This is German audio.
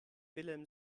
wilhelm